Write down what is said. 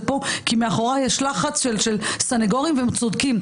כאן כי מאחוריי יש לחץ של סניגורים והם צודקים.